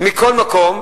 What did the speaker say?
מכל מקום,